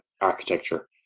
architecture